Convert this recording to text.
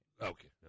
Okay